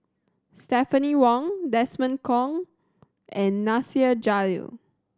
Stephanie Wong Desmond Kon and Nasir Jalil